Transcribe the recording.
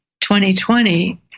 2020